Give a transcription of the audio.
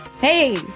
Hey